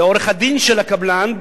לעורך-הדין של הקבלן,